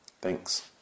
Thanks